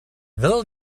will